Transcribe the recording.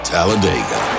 Talladega